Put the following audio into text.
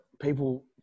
people